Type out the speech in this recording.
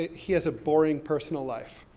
he has a boring personal life.